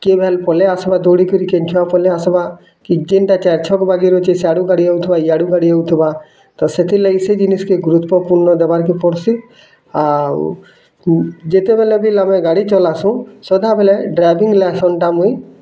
କି ଭାଲ ପଲେ ଆସିବା ଦଉଡ଼ି କରିକି କେନ୍ ଛୁଆ ପଲେ ଆସ୍ବା ଯେନ୍ଟା ଚାରି ଛକ ବାଗେ ରହିଛେ ସିଆଡୁ ଗାଡ଼ି ଆଉଥିବା ଇୟାଡୁ ଗାଡ଼ି ଆଉଥିବା ତ ସେଥିର୍ ଲାଗି ସେ ଜିନିଷ ଟେ ଗୁରୁତ୍ୱପୂର୍ଣ୍ଣ ଦେବାର୍ କେ ପଡୁଛି ଆଉ ଯେତେବେଳେ ବି ଆମେ ଗାଡ଼ି ଚଲାସୁଁ ସଦାବେଲେ ଡ୍ରାଇଭିଂ ଲାଇସେନ୍ସଟା ମୁଇଁ